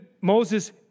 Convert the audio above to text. Moses